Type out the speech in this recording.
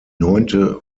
neunte